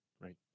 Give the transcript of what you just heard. Right